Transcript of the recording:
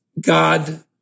God